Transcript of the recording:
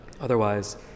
otherwise